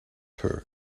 her